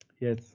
yes